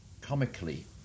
comically